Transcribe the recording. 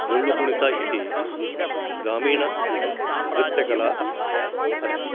डोळ्ळुकुणित इति ग्रामीणनृत्यकला अस्ति